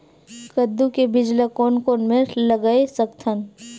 कददू के बीज ला कोन कोन मेर लगय सकथन?